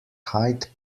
hyde